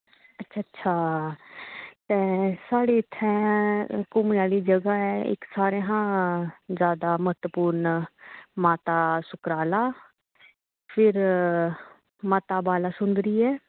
अच्छा अच्छा ते साढ़े इत्थें घुम्मनै आह्ली जगह ऐ इक्क सारें कशा जैदा म्हत्तपूर्ण माता सुकराला फिर माता बाला सुंदरी ऐ